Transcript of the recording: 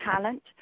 talent